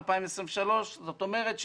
2023. זאת אומרת,